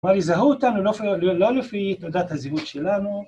‫כבר ייזהו אותנו, ‫לא לפי תעודת הזהות שלנו.